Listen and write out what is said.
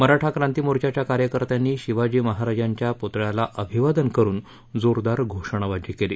मराठा क्राती मोर्चच्या कार्यकर्त्यांनी शिवाजी महाराजाच्छी प्तळ्याला अभिवादन करून जोरदार घोषणाबाजी केली